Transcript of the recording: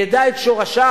ידע את שורשיו,